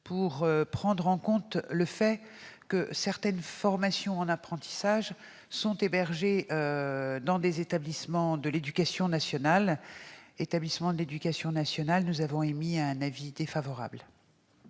pour prendre en compte le fait que certaines formations en apprentissage sont hébergées dans des établissements de l'éducation nationale. La commission a donc émis un avis défavorable.